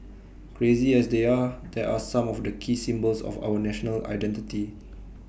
crazy as they are there are some of the key symbols of our national identity